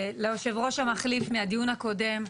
ליושב הראש המחליף מהדיון הקודם.